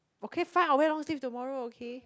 okay fine I wear long sleeve tomorrow okay